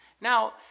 Now